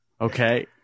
Okay